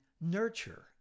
nurture